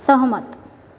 सहमत